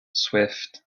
swift